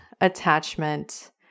attachment